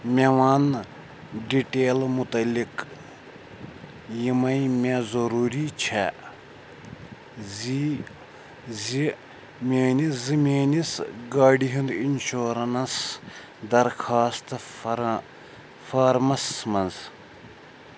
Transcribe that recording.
مےٚ وَن ڈِٹیلہٕ مُتعلِق یِمَے مےٚ ضروٗری چھےٚ زی زِ میٛٲنِس زٕ میٛٲنِس گاڑِ ہُنٛد اِنشورَنٛس درخاست فرا فارمَس منٛز